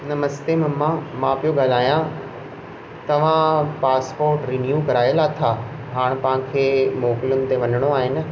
नमस्ते मम्मा मां पियो ॻाल्हायां तव्हां पासपोर्ट रिन्यू कराए लाथा हाणे तव्हांखे मोकलुनि ते वञिणो आहे न